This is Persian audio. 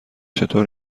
چطور